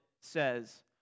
says